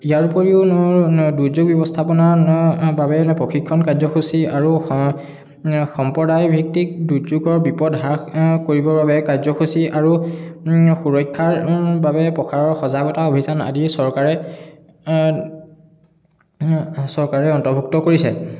ইয়াৰোপৰিও দুৰ্যোগ ব্যৱস্থাপনা বাবে প্ৰশিক্ষণ কাৰ্যসূচী আৰু স সম্প্ৰদায়ভিত্তিক দুৰ্যোগৰ বিপদ হ্ৰাস কৰিবৰ বাবে কাৰ্মসূচী আৰু সুৰক্ষাৰ বাবে প্ৰসাৰৰ সজাগতা অভিযান আদি চৰকাৰে চৰকাৰে অন্তভুক্ত কৰিছে